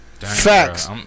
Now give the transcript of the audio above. Facts